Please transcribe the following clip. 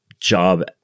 job